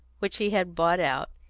which he had bought out,